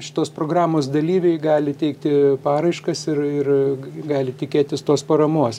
šitos programos dalyviai gali teikti paraiškas ir ir gali tikėtis tos paramos